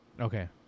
Okay